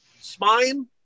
spine